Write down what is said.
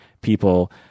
people